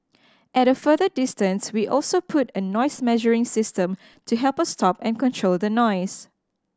at a further distance we also put a noise measuring system to help us stop and control the noise